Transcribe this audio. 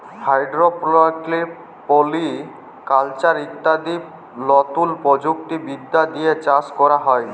hydroponics, polyculture ইত্যাদি লতুন প্রযুক্তি বিদ্যা দিয়ে চাষ ক্যরা হ্যয়